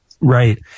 Right